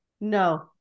No